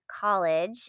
college